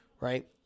Right